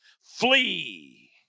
flee